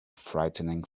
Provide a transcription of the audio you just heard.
frightening